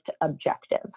objective